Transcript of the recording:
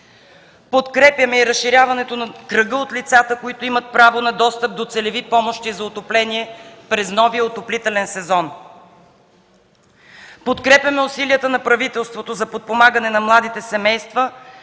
Подкрепяме и разширяването на кръга от лицата, които имат право на достъп до целеви помощи за отопление през новия отоплителен сезон. Подкрепяме усилията на правителството за подпомагане на младите семейства,